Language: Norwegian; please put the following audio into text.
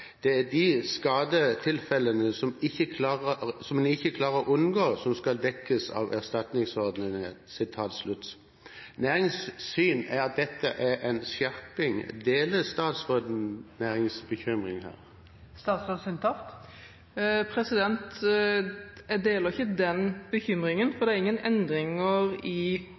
det følgende: «Det er de skadetilfellene som en ikke klarer å unngå, som skal dekkes gjennom erstatningsordningen.» Næringens syn er at dette er en skjerping. Deler statsråden næringens bekymring her? Jeg deler ikke den bekymringen, for det er ingen endringer i